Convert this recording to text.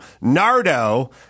Nardo